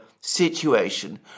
situation